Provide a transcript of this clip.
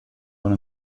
one